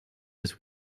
this